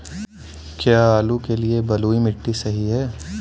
क्या आलू के लिए बलुई मिट्टी सही है?